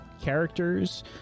characters